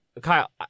Kyle